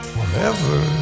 Forever